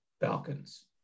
Falcons